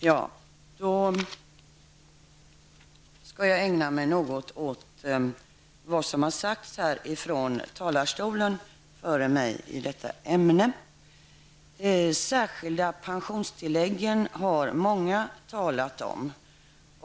Så skall jag ägna mig något åt vad som har sagts från talarstolen före mig i detta ämne. Särskilda pensionstillägget har många talat om.